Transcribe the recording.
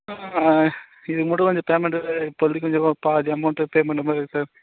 ஆ இதற்கு மட்டும் கொஞ்சம் பேமெண்ட்டு சொல்லி கொஞ்சம் பாதி அமௌண்ட்டு பேமெண்ட் பே பண்ணுற மாதிரி இருக்கு சார்